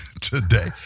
today